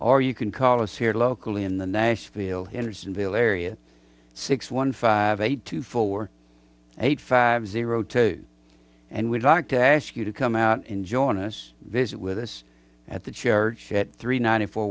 or you can call us here locally in the nashville hendersonville area six one five eight two four eight five zero and we'd like to ask you to come out and join us visit with us at the church at three ninety four